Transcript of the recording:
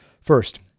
First